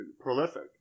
prolific